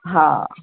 हा